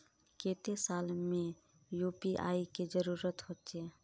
केते साल में यु.पी.आई के जरुरत होचे?